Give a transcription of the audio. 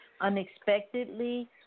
unexpectedly